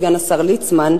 סגן השר ליצמן,